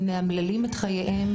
ומאמללים את חייהם,